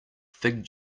fig